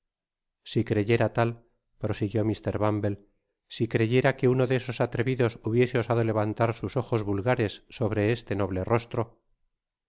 si creyera tal prosiguió mr bumble si creyera que uno de esos atrevidos hubiese osado levantar sus ojos vulgares sobre este noble rostro